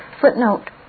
Footnote